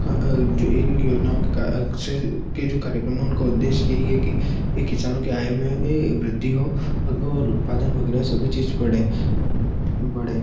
का इन योजनाओं के के जो कार्यक्रम हैं उनका उद्देश्य यही है कि ये किसानों की आय में वृद्धि हो और उत्पादन वगैरह सभी चीज़ बढ़े बढ़े